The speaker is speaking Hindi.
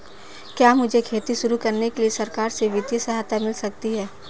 क्या मुझे खेती शुरू करने के लिए सरकार से वित्तीय सहायता मिल सकती है?